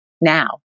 now